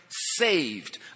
Saved